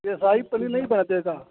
ये शाही पनीर नहीं बनाते हैं का